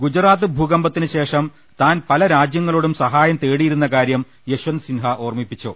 ഗുജറാത്ത് ഭൂകമ്പത്തിനു ശേഷം താൻ പല രാജൃങ്ങളോടും സഹായം തേടിയിരുന്ന കാര്യം യശ്വന്ത് സിൻഹ ഓർമിപ്പിച്ചു